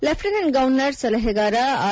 lieutenant governor ಸಲಹೆಗಾರ R